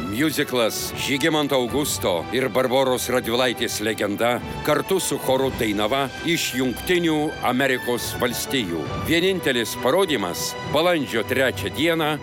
miuziklas žygimanto augusto ir barboros radvilaitės legenda kartu su choru dainava iš jungtinių amerikos valstijų vienintelis parodymas balandžio trečią dieną